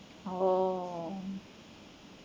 oh